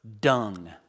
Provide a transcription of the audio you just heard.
dung